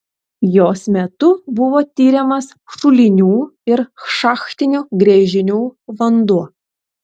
jos metu buvo tiriamas šulinių ir šachtinių gręžinių vanduo